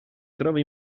trova